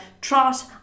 trot